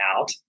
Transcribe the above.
out